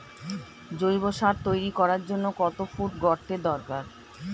জৈব সার তৈরি করার জন্য কত ফুট গর্তের দরকার?